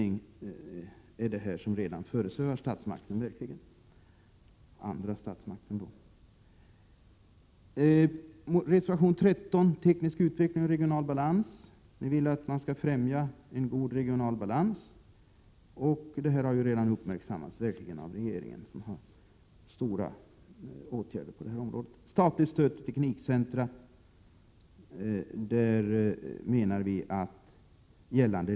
Detta är för övrigt en 5 maj 1988 viljeinriktning som den andra statsmakten verkligen redan har. I reservation 30 om teknisk utveckling och regional balans anser reservanterna att politiska beslut inom alla samhällssektorer skall främja en god regional balans. Detta är en sak som verkligen redan har uppmärksammats av regeringen, som vidtagit långtgående åtgärder på detta område.